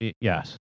Yes